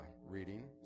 reading